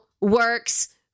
works